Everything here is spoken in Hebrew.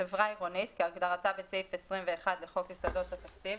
"חברה עירונית" כהגדרתה בסעיף 21 לחוק יסודות התקציב,